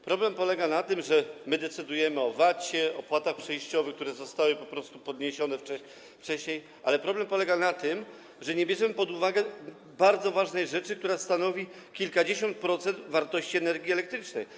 Problem nie polega na tym, że decydujemy o VAT, o opłatach przejściowych, które zostały po prostu podniesione wcześniej, ale na tym, że nie bierzemy pod uwagę bardzo ważnej rzeczy, która stanowi kilkadziesiąt procent wartości energii elektrycznej.